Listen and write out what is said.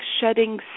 shedding